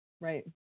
right